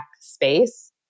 space